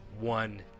one